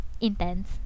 intense